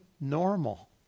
normal